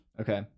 Okay